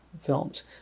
films